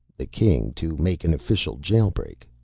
the king to make an official jail-break,